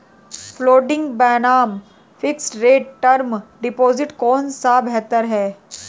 Floating बनाम fixed rate term deposit कौन सा बेहतर है?